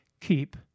Keep